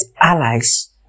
allies